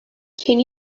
can